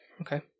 okay